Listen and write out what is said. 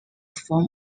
form